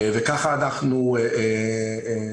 וכך אנחנו נוהגים,